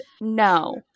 no